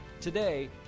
Today